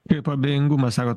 taip abejingumas ar